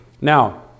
Now